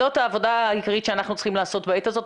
זאת העבודה העיקרית שאנחנו צריכים לעשות בעת הזאת.